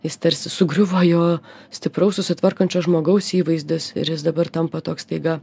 jis tarsi sugriuvo jo stipraus susitvarkančio žmogaus įvaizdis ir jis dabar tampa toks staiga